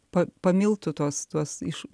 pa pamiltų tuos tuos iš